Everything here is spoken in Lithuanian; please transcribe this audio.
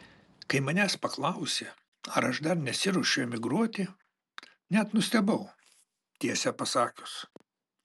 kai manęs paklausė ar aš dar nesiruošiu emigruoti net nustebau tiesą pasakius